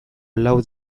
lau